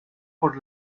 por